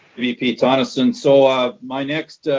vp tonneson. so ah my next,